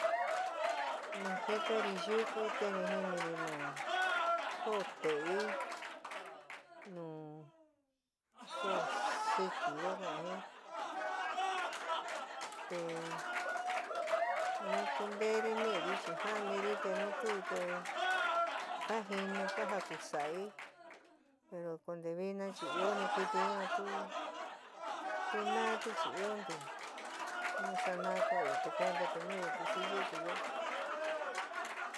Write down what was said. Ni jíkari yúku te ni jinirí nu koó te'ei, nu koó sɨkɨ ka ka'an jin, te nu kuntéri nííri chi ja'aniri, te nu tu te ka jinu ka jakusa'ai, pero konte vina chi ioóni kɨtɨ ñua chi tu tu naáti chi ioónti, nu sanaá kuaányo te kentáti núyo te siyu'u yoó.